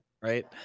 Right